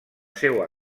seua